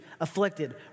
afflicted